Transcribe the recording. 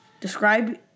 Describe